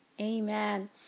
amen